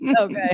okay